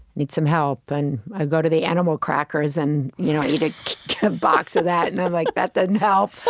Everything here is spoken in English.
need some help. and i go to the animal crackers, and you know eat a box of that, and i'm like, that didn't help.